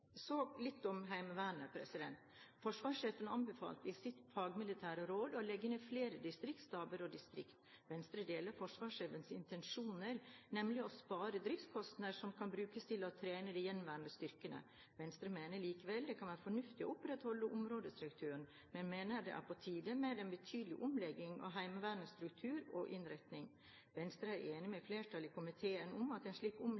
Så litt om Heimevernet. Forsvarssjefen anbefalte i sitt fagmilitære råd å legge ned flere distriktsstaber og distrikt. Venstre deler forsvarssjefens intensjon, nemlig å spare driftskostnader som kan brukes til å trene de gjenværende styrkene. Venstre mener likevel det kan være fornuftig å opprettholde områdestrukturen, men mener det er på tide med en betydelig omlegging av Heimevernets struktur og innretning. Venstre er enig med flertallet i komiteen om at en slik